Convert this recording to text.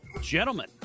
Gentlemen